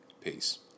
Peace